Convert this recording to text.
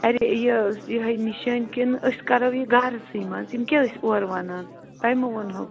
کرے یہ یہَے نِشٲنۍ کِنہٕ أسۍ کرو یہ گرسٕے منٛز یِم کیٛاہ ٲسۍ اورٕ ونان تۄہہِ ما ووٚنہو